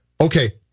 Okay